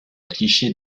cliché